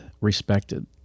respected